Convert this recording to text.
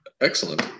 Excellent